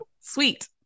Sweet